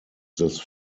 this